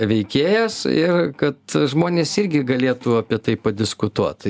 veikėjas ir kad žmonės irgi galėtų apie tai padiskutuot